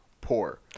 poor